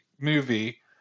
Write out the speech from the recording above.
movie